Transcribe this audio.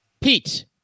Pete